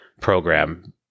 program